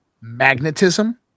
magnetism